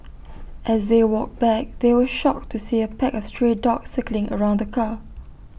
as they walked back they were shocked to see A pack of stray dogs circling around the car